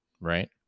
right